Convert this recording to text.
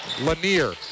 Lanier